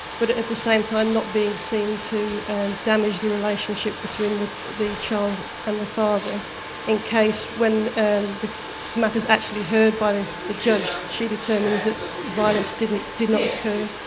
but at the same time not being seen to damage the relationship between the the child and the father in case when ah the matter is actually heard by the judge, she determines that violence did not occur.